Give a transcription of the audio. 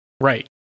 right